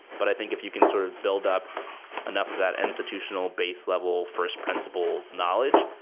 but i think if you can sort of build up enough of that institutional base level first principle's knowledge,